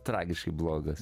tragiškai blogas